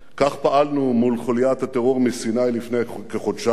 כך פעלנו מול חוליית הטרור מסיני לפני כחודשיים,